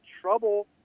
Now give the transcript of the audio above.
trouble